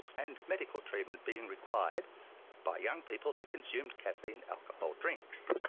and medical treatment being required by young people who consumed caffeine alcohol drinks.